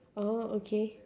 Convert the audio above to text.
oh okay